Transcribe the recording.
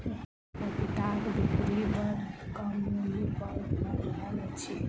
पपीताक बिक्री बड़ कम मूल्य पर भ रहल अछि